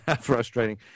frustrating